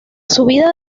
subida